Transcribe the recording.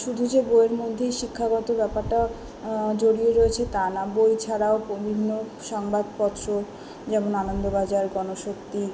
শুধু যে বইয়ের মধ্যেই শিক্ষাগত ব্যাপারটা জড়িয়ে রয়েছে তা না বই ছাড়াও বিভিন্ন সংবাদপত্র যেমন আনন্দবাজার গণশক্তি